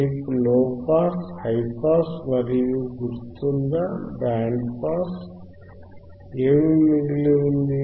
మీకు low pass high pass మరియు గుర్తుందా బ్యాండ్ పాస్ ఏమి మిగిలి ఉంది